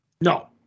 No